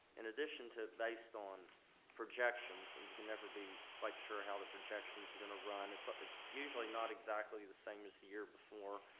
in addition to based on projections and you can never be quite sure how the projections are gonna run. it's ah it's usually not exactly the same as the year before.